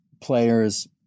players